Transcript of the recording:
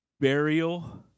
burial